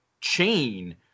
chain